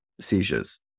seizures